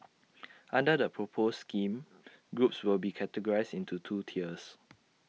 under the proposed scheme groups will be categorised into two tiers